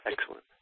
Excellent